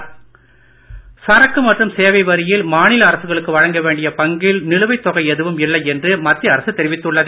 மாநிலங்களவை சரக்கு மற்றும் சேவை வரியில் மாநில அரசுகளுக்கு வழங்க வேண்டிய பங்கில் நிலுவைத் தொகை எதுவும் இல்லை என்று மத்திய அரசு தெரிவித்துள்ளது